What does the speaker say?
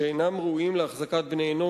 שאינם ראויים להחזקת בני אנוש,